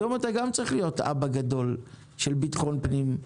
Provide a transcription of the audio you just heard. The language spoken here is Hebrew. היום אתה גם צריך להיות אבא גדול של ביטחון פנים.